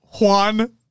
Juan